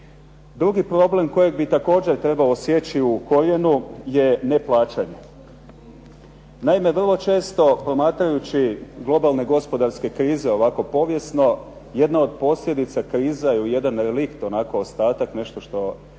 Drugi problem kojeg bi također trebalo sjeći u korijenu je neplaćanje. Naime, vrlo često promatrajući globalne gospodarske krize ovako povijesno jedna od posljedica krize ili jedan relikt onako ostatak nešto što